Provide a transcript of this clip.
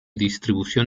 distribución